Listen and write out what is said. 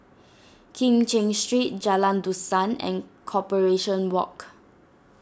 Kim Cheng Street Jalan Dusan and Corporation Walk